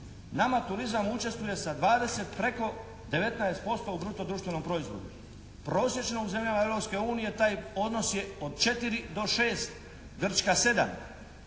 Nama turizam učestvuje sa 20 preko 19% u bruto društvenom proizvodu. Prosječno u zemljama Europske unije taj odnos je od 4 do 6, Grčka 7.